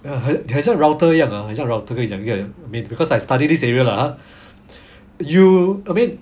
ya 你你很像很像 router 一样 ah 很像 router 一样 ah I mean because I study this area lah ah you I mean